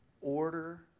order